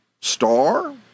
star